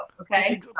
okay